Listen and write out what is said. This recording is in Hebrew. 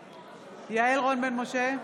בעד יעל רון בן משה,